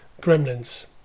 Gremlins